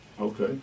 Okay